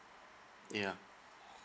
ya